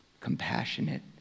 compassionate